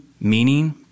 meaning